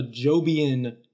Jobian